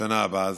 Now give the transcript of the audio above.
בשנה הבאה.